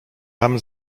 tam